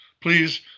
please